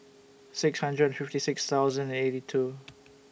six hundred fifty six thousand and eighty two